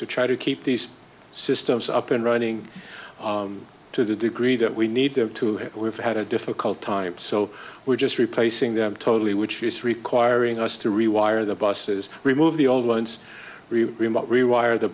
to try to keep these systems up and running to the degree that we need them to have we've had a difficult time so we're just replacing them totally which is requiring us to rewire the buses remove the old ones remote rewire the